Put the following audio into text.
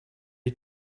you